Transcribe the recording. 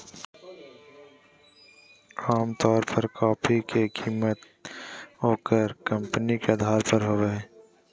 आमतौर पर कॉफी के कीमत ओकर कंपनी के अधार पर होबय हइ